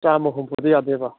ꯆꯥꯝꯃ ꯍꯨꯝꯐꯨꯗ ꯌꯥꯗꯣꯏꯕ